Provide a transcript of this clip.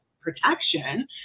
protection